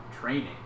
training